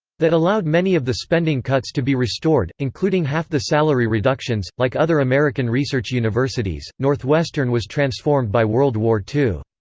that allowed many of the spending cuts to be restored, including half the salary reductions like other american research universities, northwestern was transformed by world war ii.